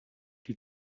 die